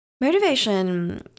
Motivation